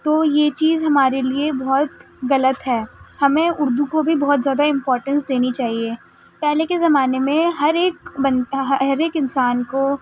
تو یہ چیز ہمارے لیے بہت غلط ہے ہمیں اردو کو بھی بہت زیادہ امپورٹینس دینی چاہیے پہلے کے زمانے میں ہر ایک ہر ایک انسان کو